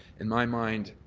in my mind,